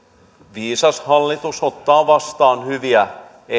viisas hallitus ottaa vastaan hyviä